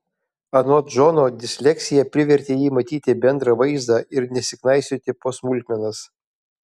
anot džono disleksija privertė jį matyti bendrą vaizdą ir nesiknaisioti po smulkmenas